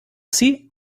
see